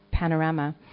Panorama